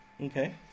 Okay